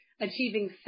Achieving